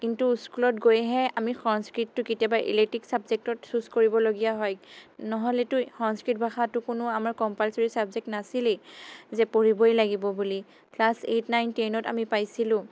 কিন্তু স্কুলত গৈহে আমি সংস্কৃতটো কেতিয়াবা ইলেক্টিভ ছাবজেক্টত ছুজ কৰিবলগীয়া হয় নহ'লেতো সংস্কৃত ভাষাটো কোনো আমাৰ কম্পালছৰি ছাবজেক্ট নাছিলেই যে পঢ়িবই লাগিব বুলি ক্লাছ এইট নাইন টেনত আমি পাইছিলোঁ